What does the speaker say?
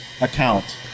account